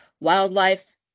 wildlife